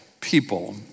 people